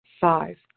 five